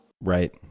Right